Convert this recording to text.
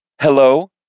Hello